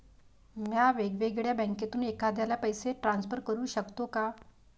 म्या वेगळ्या बँकेतून एखाद्याला पैसे ट्रान्सफर करू शकतो का?